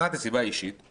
אחת היא סיבה אישית;